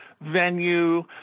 venue